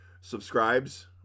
subscribes